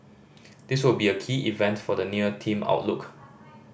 this will be a key event for the near team outlook